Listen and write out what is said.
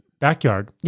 backyard